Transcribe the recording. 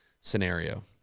scenario